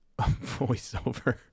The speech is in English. voiceover